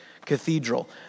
cathedral